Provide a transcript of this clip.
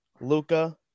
Luca